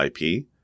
IP